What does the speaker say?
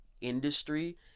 industry